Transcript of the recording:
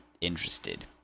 Interested